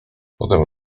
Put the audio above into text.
potem